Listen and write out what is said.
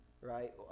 right